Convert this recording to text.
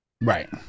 Right